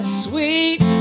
sweet